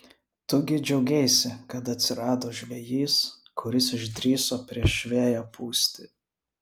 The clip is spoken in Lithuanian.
tu gi džiaugeisi kad atsirado žvejys kuris išdrįso prieš vėją pūsti